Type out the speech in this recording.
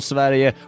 Sverige